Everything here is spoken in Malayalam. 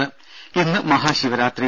ദര ഇന്ന് മഹാശിവരാത്രി